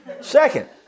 Second